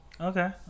Okay